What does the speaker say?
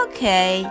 Okay